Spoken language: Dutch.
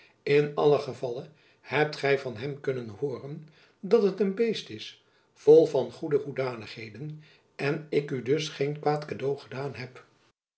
in allen gevalle hebt gy van hem kunnen hooren dat het een beest is vol van goede hoedanigheden en ik u dus geen kwaad cadeau gedaan heb